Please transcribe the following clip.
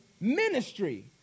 Ministry